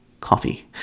coffee